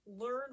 learn